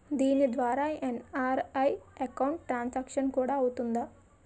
దీని ద్వారా NRI account transaction కూడా అవుతుందా?